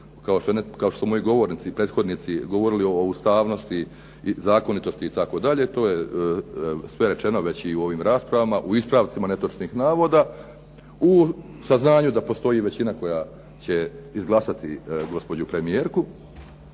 kao što su moji govornici, prethodnici govorili o ustavnosti, zakonitosti, to je sve rečeno već i u ovim raspravama, u ispravcima netočnih navoda. U saznanju da postoji većina koja će izglasati gospođu premijerku